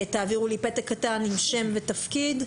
תעבירו לי פתק קטן עם שם ותפקיד,